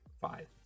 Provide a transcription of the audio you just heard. five